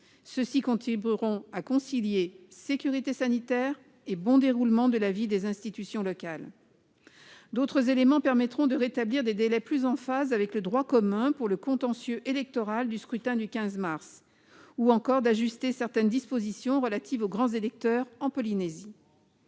Ceux-ci contribueront à concilier sécurité sanitaire et bon déroulement de la vie des institutions locales. D'autres éléments permettront de rétablir des délais plus en phase avec le droit commun pour le contentieux électoral du scrutin du 15 mars, ou encore d'ajuster certaines dispositions relatives aux grands électeurs en Polynésie.